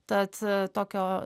tad tokio